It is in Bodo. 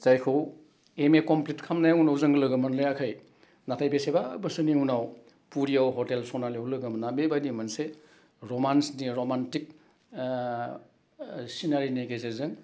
जायखौ एम ए कमप्लिट खामनायनि उनाव जों लोगो मोनलायाखै नाथाय बेसेबा बोसोरनि उनाव पुरियाव हटेल सनालियाव लोगो मोन्ना बे बायदि मोनसे रमान्सनि रमान्टिक सिनारिनि गेजेरजों